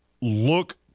look